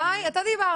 תודה רבה,